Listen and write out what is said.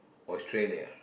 Australia